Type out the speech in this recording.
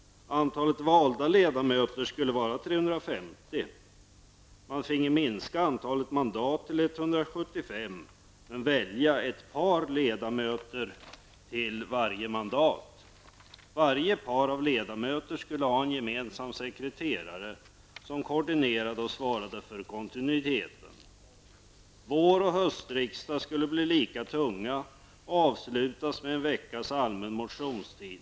Antalet valda ledamöter skulle vara 350. Man fick då minska antalet mandat till 175 men välja ett par av ledamöter till varje mandat. Varje par av ledamöter skulle ha en gemensam sekreterare som koordinerade och svaret för kontinuiteten. Våroch höstriksdag skulle bli lika tunga och avslutas med en veckas allmän motionstid.